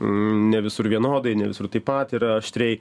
ne visur vienodai ne visur taip pat yra aštriai